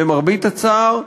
למרבה הצער,